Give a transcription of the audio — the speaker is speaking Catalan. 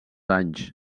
anys